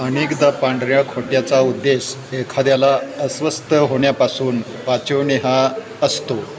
अनेकदा पांढऱ्या खोट्याचा उद्देश एखाद्याला अस्वस्थ होण्यापासून वाचवणे हा असतो